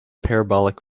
parabolic